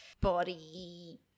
body